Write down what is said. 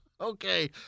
Okay